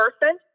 person